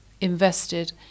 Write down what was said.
invested